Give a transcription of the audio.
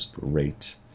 Great